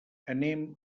anem